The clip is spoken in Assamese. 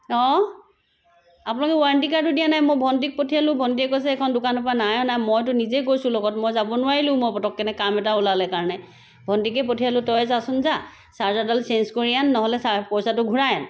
অ' আপোনালোকে ৱাৰেণ্টি কাৰ্ডো দিয়া নাই মোৰ ভণ্টিক পঠিয়ালো ভণ্টিয়ে কৈছে এইখন দোকানৰ পৰা নাই অনা মইতো নিজে গৈছো লগত মই যাব নোৱাৰিলো মই পতককেনে কাম এটা ওলালে কাৰণে ভণ্টিকে পঠিয়ালো তয়ে যা চোন যা চাৰ্জাৰডাল চেইঞ্জ কৰি আন নহ'লে চা পইচাটো ঘূৰাই আন